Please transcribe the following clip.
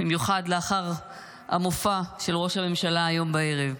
במיוחד לאחר המופע של ראש הממשלה היום בערב.